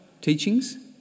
teachings